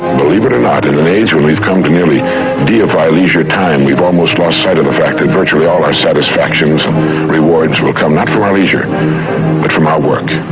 believe it or not, in an age when we've come to nearly deify leisure time, we've almost lost sight of the fact that virtually all our satisfactions and rewards will come not from our leisure but from our work.